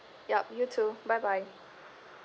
yup you too bye bye